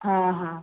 ହଁ ହଁ